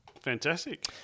Fantastic